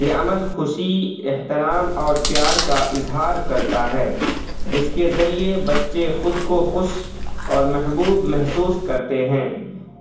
یہ عمل خوشی احترام اور پیار کا اظہار کرتا ہے جس کے ذریعے بچے خود کو خوش اور محبوب محسوس کرتے ہیں